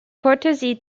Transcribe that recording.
courtesy